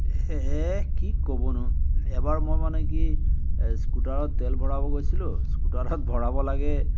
এহ কি ক'বনো এবাৰ মই মানে কি স্কুটাৰত তেল ভৰাব গৈছিলোঁ স্কুটাৰত ভৰাব লাগে